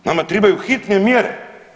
Nama tribaju hitne mjere.